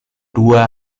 dua